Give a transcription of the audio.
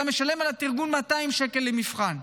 אתה משלם על התרגום 200 שקל למבחן.